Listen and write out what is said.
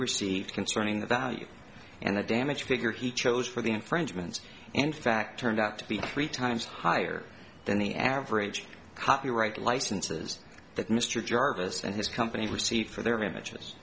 received concerning the value and the damage figure he chose for the infringements in fact turned out to be three times higher than the average copyright licenses that mr jarvis and his company received for their images